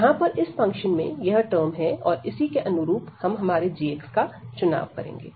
यहां पर इस फंक्शन में यह टर्म है और इसी के अनुरूप हम हमारे g का चुनाव करेंगे